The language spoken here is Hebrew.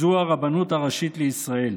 הרבנות הראשית לישראל.